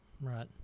Right